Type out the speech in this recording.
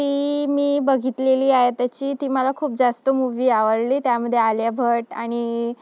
ती मी बघितलेली आहे त्याची ती मला खूप जास्त मूव्ही आवडली त्यामध्ये आलिया भट आणि